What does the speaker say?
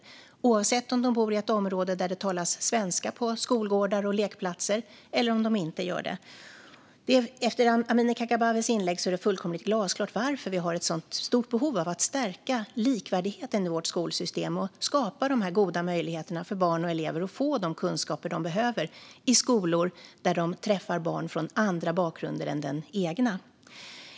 Det gäller oavsett om de bor i ett område där det talas svenska på skolgårdar och lekplatser eller om de inte gör det. Efter Amineh Kakabavehs inlägg är det fullkomligt glasklart varför vi har ett sådant stort behov av att stärka likvärdigheten i vårt skolsystem och skapa de goda möjligheterna för barn och elever att få de kunskaper de behöver i skolor där de träffar barn från andra bakgrunder än den egna.